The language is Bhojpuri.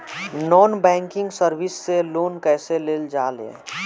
नॉन बैंकिंग सर्विस से लोन कैसे लेल जा ले?